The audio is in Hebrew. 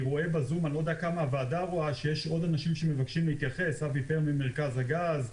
אני רואה בזום שיש עוד אנשים שרוצים להתייחס: אבי פרל ממרכז הגז,